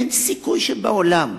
אין סיכוי שבעולם.